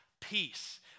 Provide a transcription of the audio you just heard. Peace